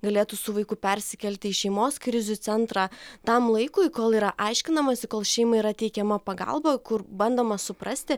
galėtų su vaiku persikelti į šeimos krizių centrą tam laikui kol yra aiškinamasi kol šeimai yra teikiama pagalba kur bandoma suprasti